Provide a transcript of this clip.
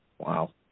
Wow